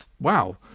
wow